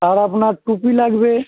আর আপনার টুপি লাগবে